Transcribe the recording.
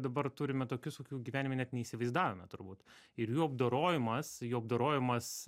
dabar turime tokius kokių gyvenime net neįsivaizdavome turbūt ir jų apdorojimas jų apdorojimas